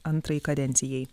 antrai kadencijai